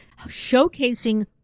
showcasing